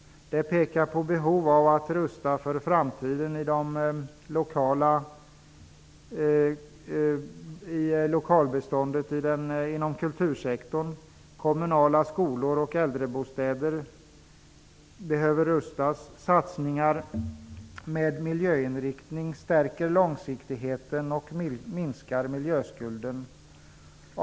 Det här pekar på att det finns behov av att rusta för framtiden i lokalbeståndet inom kultursektorn. Kommunala skolor och äldrebostäder behöver rustas. Satsningar med miljöinriktning stärker långsiktigheten och minskar miljöskulden.